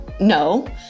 No